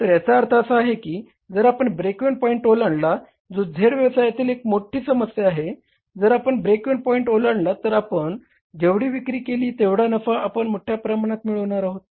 तर याचा अर्थ असा की जर आपण ब्रेक इव्हन पॉईंट ओलांडला जो Z व्यवसायातील एक मोठी समस्या आहे जर आपण ब्रेक इव्हन पॉईंट ओलांडला तर आपण जेवढी विक्री केले तेवढा नफा आपण मोठ्या प्रमाणात मिळविणार आहोत